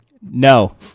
No